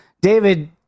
David